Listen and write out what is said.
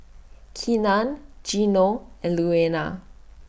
Keenan Gino and Louanna